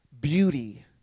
beauty